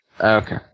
Okay